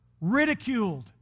ridiculed